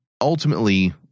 ultimately